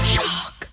Shock